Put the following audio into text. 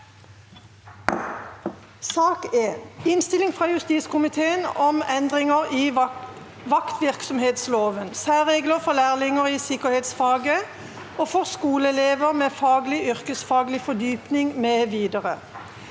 Innstilling fra justiskomiteen om Endringer i vaktvirksomhetsloven (særregler for lærlinger i sikker- hetsfaget og for skoleelever med faget yrkesfaglig fordyp- ning mv.)